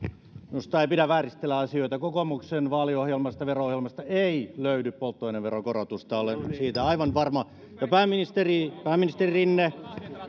minusta ei pidä vääristellä asioita kokoomuksen vaaliohjelmasta vero ohjelmasta ei löydy polttoaineveron korotusta olen siitä aivan varma ja pääministeri rinne